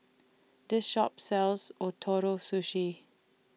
This Shop sells Ootoro Sushi